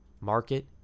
market